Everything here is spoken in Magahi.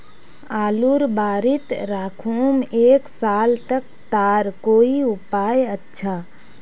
आलूर बारित राखुम एक साल तक तार कोई उपाय अच्छा?